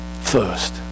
first